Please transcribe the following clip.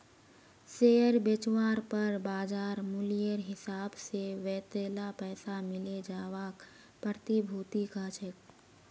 share बेचवार पर बाज़ार मूल्येर हिसाब से वतेला पैसा मिले जवाक प्रतिभूति कह छेक